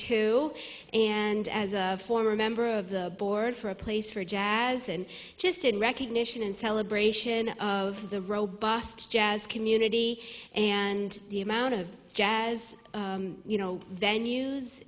two and as a former member of the board for a place for jazz and just in recognition and celebration of the robust jazz community and the amount of jazz you know venue